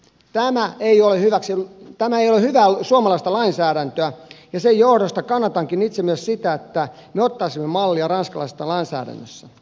tämä ei ole hyvää suomalaista lainsäädäntöä ja sen johdosta kannatankin itse myös sitä että me ottaisimme mallia ranskalaisesta lainsäädännöstä